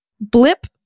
Blip